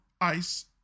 ice